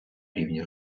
рівні